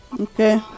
Okay